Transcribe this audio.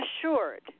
assured